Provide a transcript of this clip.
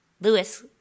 Lewis